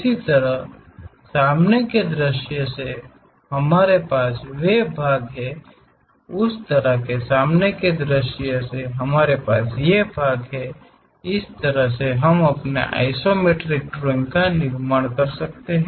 इसी तरह सामने के दृश्य से हमारे पास वे भाग हैं उसी तरह से सामने के दृश्य से हमारे पास ये भाग हैं इस तरह से हम अपने आइसोमेट्रिक ड्राइंग का निर्माण कर सकते हैं